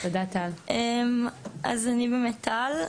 אז אני טל.